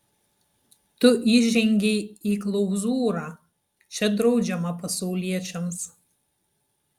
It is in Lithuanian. tu įžengei į klauzūrą čia draudžiama pasauliečiams